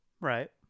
Right